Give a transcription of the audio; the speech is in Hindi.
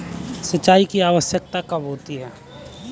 सिंचाई की आवश्यकता कब होती है?